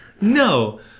No